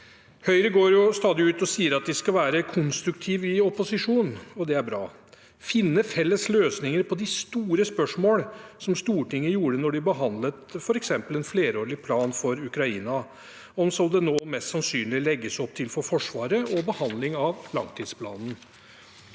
Høyre går stadig ut og sier at de skal være konstruktive i opposisjon – det er bra – og finne felles løsninger på de store spørsmålene, slik Stortinget gjorde da de behandlet f.eks. en flerårig plan for Ukraina, og som det nå mest sannsynlig legges opp til for Forsvaret og behandlingen av langtidsplanen.